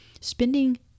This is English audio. spending